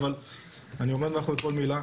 אבל אני עומד מאחוריי כל מילה,